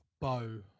bow